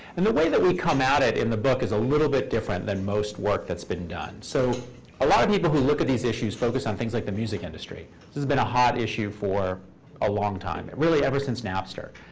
and the way that we come at it in the book is a little bit different than most work that's been done. so a lot of people who look at these issues focus on things like the music industry. this has been a hot issue for a long time, really, ever since napster.